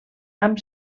amb